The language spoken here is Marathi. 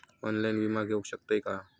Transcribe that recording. ऑनलाइन विमा घेऊ शकतय का?